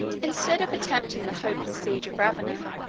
instead of attempting the hopeless siege of ravenna,